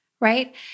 Right